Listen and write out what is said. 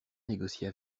négocier